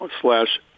slash